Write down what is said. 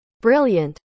Brilliant